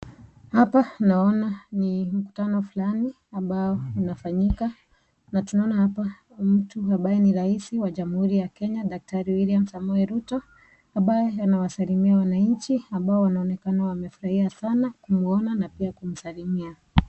Hapa naona ni mkutano fulani ambao unafanyika na tunaona mtu ambaye ni rais wa jamhuri ya Kenya daktari William Samoei Ruto ambaye anawasalimia wananchi ambao wanaonekana wamefurahia sana kumwona na kumsalimia.